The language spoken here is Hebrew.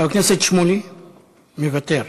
חבר הכנסת שמולי מוותר.